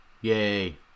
Yay